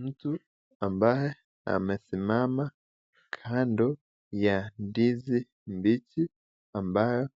Mtu ambaye amesimama kando ya ndizi mbichi ambayo